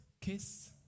Kiss